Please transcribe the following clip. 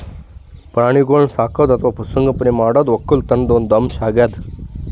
ಪ್ರಾಣಿಗೋಳ್ ಸಾಕದು ಅಥವಾ ಪಶು ಸಂಗೋಪನೆ ಮಾಡದು ವಕ್ಕಲತನ್ದು ಒಂದ್ ಅಂಶ್ ಅಗ್ಯಾದ್